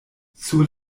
sur